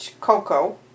cocoa